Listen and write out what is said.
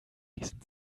diesen